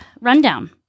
rundown